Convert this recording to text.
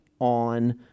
on